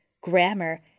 grammar